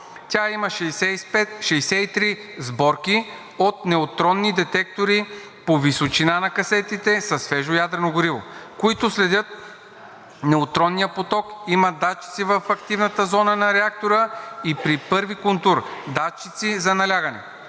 Тя има 65 – 63 сборки от неутронни детектори по височина на касетите със свежо ядрено гориво, които следят неутронния поток, имат датчици в активната зона на реактора и при първи контур и датчици за налягане.